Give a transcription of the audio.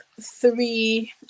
three